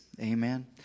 Amen